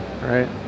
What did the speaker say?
right